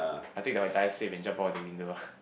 I take the entire safe and jump out of the window ah